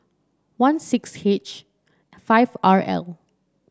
one six H five R L